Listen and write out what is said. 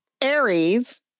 Aries